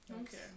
Okay